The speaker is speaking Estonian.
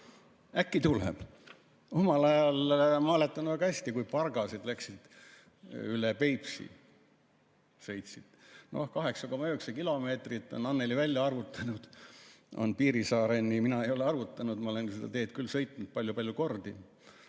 Äkki tuleb? Omal ajal, ma mäletan väga hästi, kui pargased sõitsid üle Peipsi, no 8,9 kilomeetrit on, nagu Annely on välja arvutanud, Piirissaareni. Mina ei ole arvutanud, ma olen seda teed küll sõitnud palju-palju kordi.